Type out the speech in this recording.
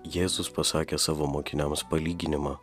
jėzus pasakė savo mokiniams palyginimą